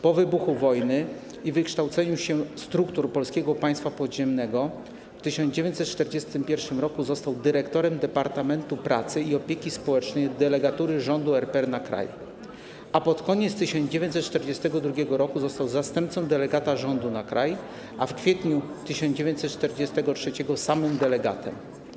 Po wybuchu wojny i wykształceniu się struktur Polskiego Państwa Podziemnego w 1941 r. został dyrektorem Departamentu Pracy i Opieki Społecznej Delegatury Rządu RP na Kraj, pod koniec 1942 r. został zastępcą delegata rządu na kraj, a w kwietniu 1943 r. samym delegatem.